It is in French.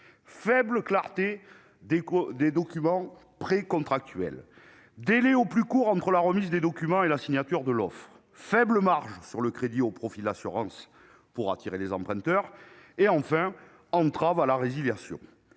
de clarté des documents précontractuels, des délais prévus au plus court entre la remise des documents et la signature de l'offre, une faible marge sur le crédit au profit de l'assurance pour attirer des emprunteurs ou encore des entraves à la résiliation.